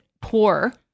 poor